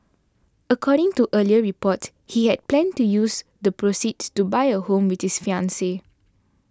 according to earlier reports he had planned to use the proceeds to buy a home with his fiancee